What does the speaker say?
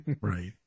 Right